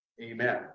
Amen